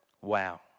wow